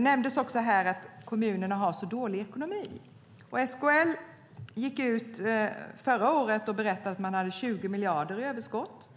nämndes att kommunerna har så dålig ekonomi. Förra året hade SKL 20 miljarder i överskott.